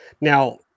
Now